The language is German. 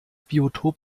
biotop